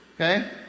okay